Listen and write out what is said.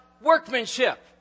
workmanship